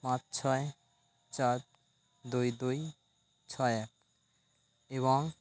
পাঁচ ছয় চার দুই দুই ছয় এক এবং